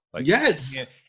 Yes